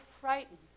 frightened